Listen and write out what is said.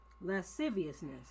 lasciviousness